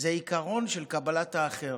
עיקרון של קבלת האחר.